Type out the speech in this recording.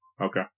Okay